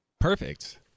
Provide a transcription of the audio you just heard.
Perfect